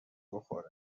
بخوره